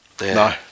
no